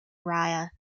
raya